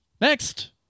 Next